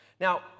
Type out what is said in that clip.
Now